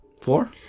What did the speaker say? Four